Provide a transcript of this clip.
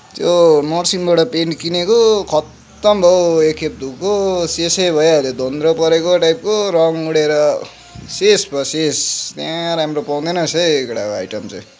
त्यो मर्सिङबाट पेन्ट किनेको खतम भयो हौ एकखेप धुएको शेषै भइहाल्यो धोन्द्रो परेको टाइपको रङ्ग उडेर शेष भयो शेष त्यहाँ राम्रो पाउँदैन रहेछ है केटा हो आइटम चाहिँ